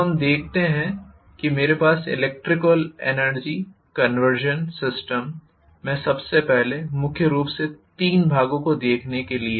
तो हम कहते हैं कि मेरे पास ईलेक्ट्रोमेकेनिकल एनर्जी कंवर्सन सिस्टम्स में सबसे पहले है मुख्य रूप से तीन भागों को देखने के लिए